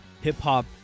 hip-hop